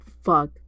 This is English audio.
fuck